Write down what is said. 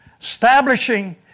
establishing